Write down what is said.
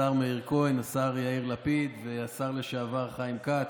השר מאיר כהן, השר יאיר לפיד והשר לשעבר חיים כץ,